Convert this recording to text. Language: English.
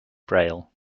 braille